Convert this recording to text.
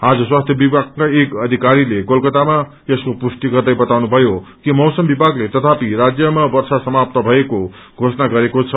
आज स्वास्थ्य विभागका एक अधिकरीले कालकत्तामा यसको पुष्टि गर्दै बताउनुभयो कि मौसम विभागले तथापि राज्यमा वर्षा समाप्त भएको घोषणा गरेको छ